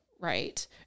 Right